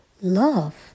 love